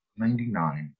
99